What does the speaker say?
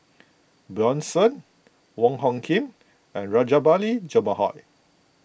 Bjorn Shen Wong Hung Khim and Rajabali Jumabhoy